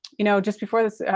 you know, just before this,